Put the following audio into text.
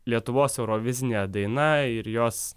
lietuvos eurovizinė daina ir jos